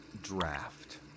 draft